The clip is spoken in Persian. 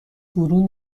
فرو